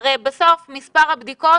בסוף מספר הבדיקות